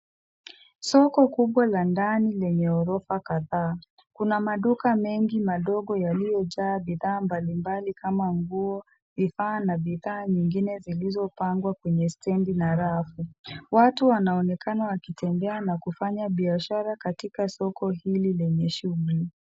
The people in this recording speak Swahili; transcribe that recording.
Soko kubwa la ndani lenye ghorofa kadhaa . Kuna maduka mengi madogo yaliyo jaa bidhaa mbali mbali kama nguo, vifaa na bidhaa zingine zilizopangwa kwenye stendi na rafu. Watu wanaonekana wakitembea na kufanya biashara katika soko hili lenye shughuli.